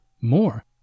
more